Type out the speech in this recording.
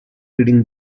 reading